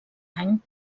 any